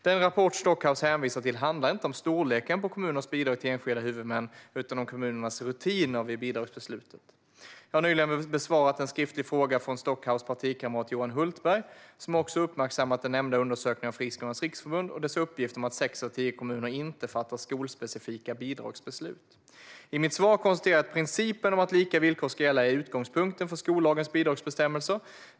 Den rapport som Stockhaus hänvisar till handlar inte om storleken på kommunernas bidrag till enskilda huvudmän utan om kommunernas rutiner vid bidragsbeslut. Jag har nyligen besvarat en skriftlig fråga från Stockhaus partikamrat Johan Hultberg, som också uppmärksammat den nämnda undersökningen av Friskolornas riksförbund och dess uppgift om att sex av tio kommuner inte fattar skolspecifika bidragsbeslut. I mitt svar konstaterade jag att principen om att lika villkor ska gälla är utgångspunkten för skollagens bidragsbestämmelser.